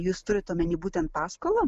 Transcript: jūs turit omeny būtent paskolą